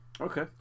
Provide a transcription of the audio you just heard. okay